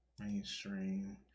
mainstream